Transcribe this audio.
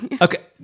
Okay